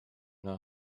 know